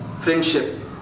friendship